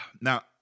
Now